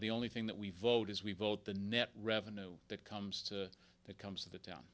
the only thing that we vote is we vote the net revenue that comes to that comes to the town